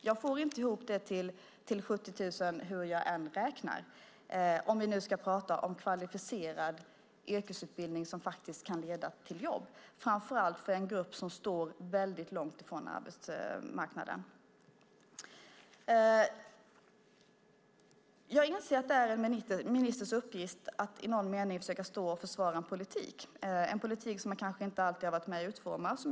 Jag får inte ihop det till 70 000 hur jag än räknar, om vi nu ska tala om kvalificerad yrkesutbildning som kan leda till jobb för framför allt en grupp som står väldigt långt från arbetsmarknaden. Jag inser att det är en ministers uppgift att i någon mening försöka försvara politiken även om man kanske inte har varit med om att utforma den.